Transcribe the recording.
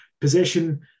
possession